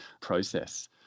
process